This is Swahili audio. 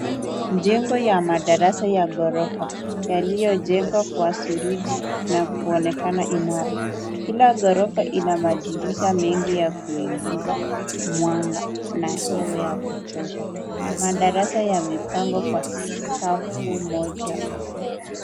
Jengo ya madarasa ya ghorofa yaliyochengwa kwa suruji na kuonekana imara, kila ghorofa inaonekana Ina madirisha mengi ya kuingiza mwanga na hewa ya kutosha, madarasa yamepangwa kwa safu moja.